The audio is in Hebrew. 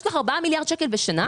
כך יש 4 מיליארד שקל בשנה,